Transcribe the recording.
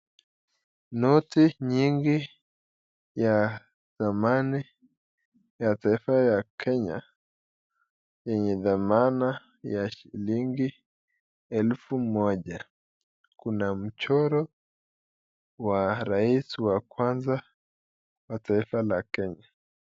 Noti nyingi ya zamani ya taifa ya Kenya yenye dhamana ya shilingi elfu moja. Kuna mchoro wa rais wa kwanza wa taifa la Kenya.